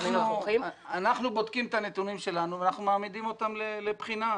אנחנו בודקים את הנתונים שלנו ואנחנו מעמידים אותם לבחינה.